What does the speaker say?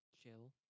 chill